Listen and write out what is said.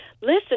Listen